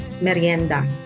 merienda